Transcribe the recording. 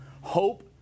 hope